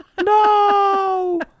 No